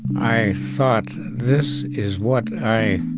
i thought this is what i